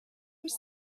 with